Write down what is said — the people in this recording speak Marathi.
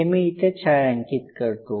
हे मी इथे छायांकित करतो